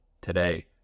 today